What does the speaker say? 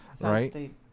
right